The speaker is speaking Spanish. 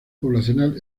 poblacional